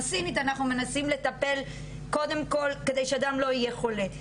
בסינית אנחנו מנסים לטפל קודם כל שאדם לא יהיה חולה,